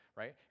right